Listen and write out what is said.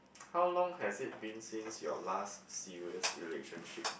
how long has it been since your last serious relationship